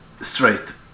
straight